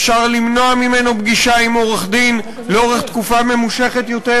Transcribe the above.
אפשר למנוע ממנו פגישה עם עורך-דין לאורך תקופה ממושכת יותר.